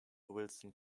wilson